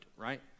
right